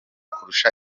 kurusha